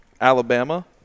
Alabama